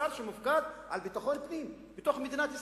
שר שמופקד על ביטחון הפנים במדינת ישראל.